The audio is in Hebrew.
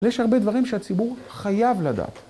יש הרבה דברים שהציבור חייב לדעת.